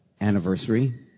anniversary